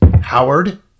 Howard